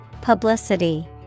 Publicity